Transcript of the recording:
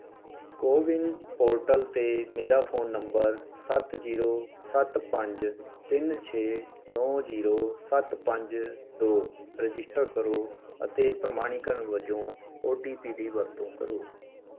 CoWIN portal 'ਤੇ ਮੇਰਾ phone number ਸੱਤ ਜ਼ੀਰੋ ਸੱਤ ਪੰਜ ਤਿੰਨ ਛੇ ਨੌਂ ਜ਼ੀਰੋ ਸੱਤ ਪੰਜ ਦੋ ਰਜਿਸਟਰ ਕਰੋ ਅਤੇ ਪ੍ਰਮਾਣੀਕਰਨ ਵਜੋਂ ਓ ਟੀ ਪੀ ਦੀ ਵਰਤੋਂ ਕਰੋ